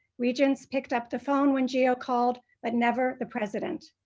regents picked up the phone when geo called but never the president.